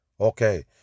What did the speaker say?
Okay